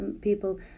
people